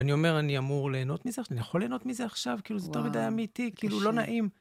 אני אומר, אני אמור ליהנות מזה, אני יכול ליהנות מזה עכשיו? כאילו, זה יותר מדי אמיתי, כאילו, לא נעים.